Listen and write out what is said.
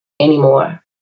anymore